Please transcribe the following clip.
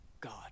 God